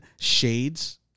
shades